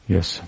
Yes